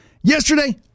Yesterday